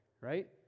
Right